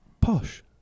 posh